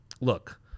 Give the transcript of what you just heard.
look